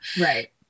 Right